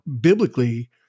biblically